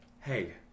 Hey